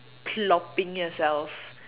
plopping yourself